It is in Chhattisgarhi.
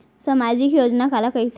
सामाजिक योजना काला कहिथे?